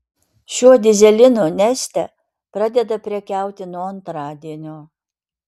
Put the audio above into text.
šiuo dyzelinu neste pradeda prekiauti nuo antradienio